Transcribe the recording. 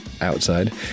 outside